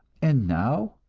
and now,